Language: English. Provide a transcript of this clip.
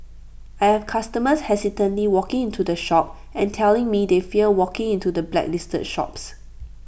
I have customers hesitantly walking into the shop and telling me they fear walking into the blacklisted shops